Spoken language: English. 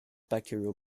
bacterial